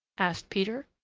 asked peter.